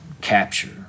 capture